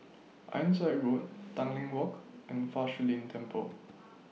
Ironside Road Tanglin Walk and Fa Shi Lin Temple